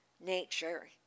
Nature